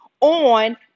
on